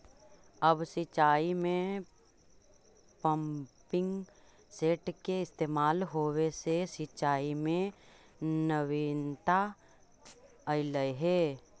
अब सिंचाई में पम्पिंग सेट के इस्तेमाल होवे से सिंचाई में नवीनता अलइ हे